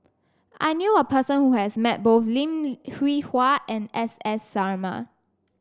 I knew a person who has met both Lim Hwee Hua and S S Sarma